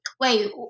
Wait